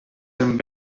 and